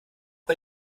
bei